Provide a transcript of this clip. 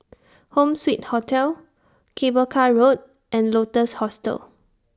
Home Suite Hotel Cable Car Road and Lotus Hostel